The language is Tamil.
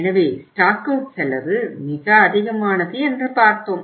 எனவே ஸ்டாக் அவுட் செலவு மிக அதிகமானது என்று பார்த்தோம்